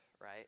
right